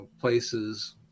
places